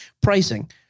pricing